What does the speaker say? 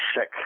sick